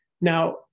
Now